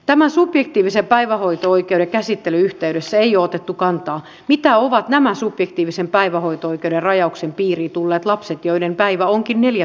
tämän subjektiivisen päivähoito oikeuden käsittelyn yhteydessä ei ole otettu kantaa siihen mitä ovat nämä subjektiivisen päivähoito oikeuden rajauksen piiriin tulleet lapset joiden päivä onkin neljätuntinen